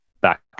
back